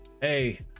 hey